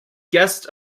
guest